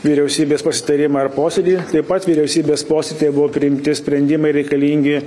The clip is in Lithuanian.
vyriausybės pasitarimą ir posėdį taip pat vyriausybės posėdyje buvo priimti sprendimai reikalingi